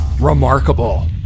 Remarkable